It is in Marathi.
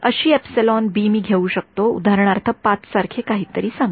अशी मी घेऊ शकतो उदाहरणार्थ 5 सारखे काहीतरी सांगा